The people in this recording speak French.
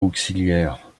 auxiliaire